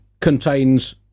contains